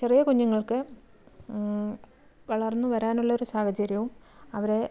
ചെറിയ കുഞ്ഞുങ്ങൾക്ക് വളർന്നു വരാനുള്ള ഒരു സാഹചര്യവും അവരെ